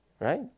Right